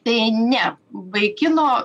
tai ne vaikino